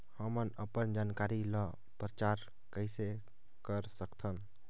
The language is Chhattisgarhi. हमन अपन जानकारी ल प्रचार कइसे कर सकथन?